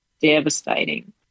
devastating